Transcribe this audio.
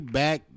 back